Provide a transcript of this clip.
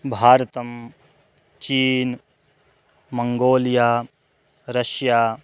भारतं चीना मङ्गोलिया रष्या